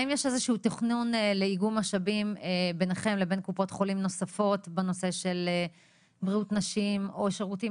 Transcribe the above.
האם יש איזה שהוא תכנון לאיגום משאבים בנושא של בריאות נשים או שירותים